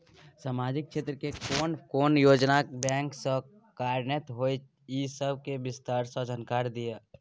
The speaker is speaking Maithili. सामाजिक क्षेत्र के कोन कोन योजना बैंक स कार्यान्वित होय इ सब के विस्तार स जानकारी दिय?